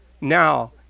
now